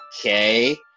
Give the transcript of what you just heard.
okay